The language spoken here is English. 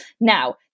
now